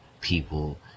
people